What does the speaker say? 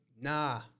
nah